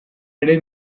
ere